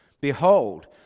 Behold